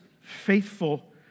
faithful